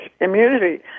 immunity